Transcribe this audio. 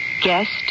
guest